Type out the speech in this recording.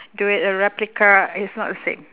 do it a replica it's not the same